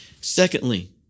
Secondly